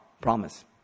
Promise